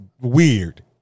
weird